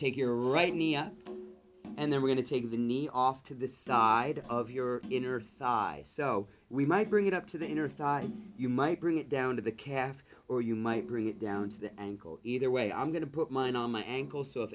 take your write me up and then we're going to take the knee off to the side of your inner thigh so we might bring it up to the inner thigh you might bring it down to the calf or you might bring it down to the ankle either way i'm going to put mine on my ankle so if